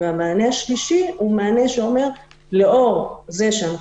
והמענה השלישי הוא מענה שאומר שלאור זה שאנחנו